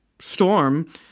storm